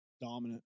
dominant